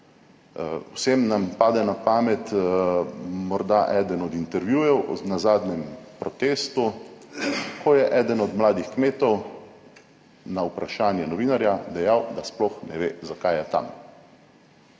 Vsem nam pade na pamet morda eden od intervjujev na zadnjem protestu, ko je eden od mladih kmetov na vprašanje novinarja dejal, da sploh ne ve, zakaj je tam,